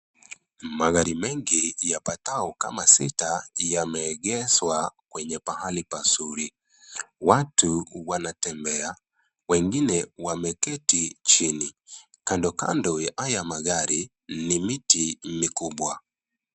Magari mengi yapatao kama sita yameegeshwa kwenye pahali pazuri. Watu wanatembea. Wengine wameketi chini. Kandokando ya haya magari ni miti mikubwa.